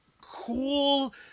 cool